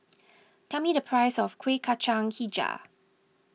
tell me the price of Kueh Kacang HiJau